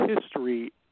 history